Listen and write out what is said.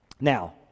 Now